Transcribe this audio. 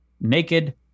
naked